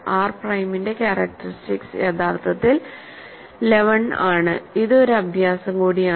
R പ്രൈമിന്റെ characteristics യഥാർത്ഥത്തിൽ 11 ആണ് ഇത് ഒരു അഭ്യാസം കൂടിയാണ്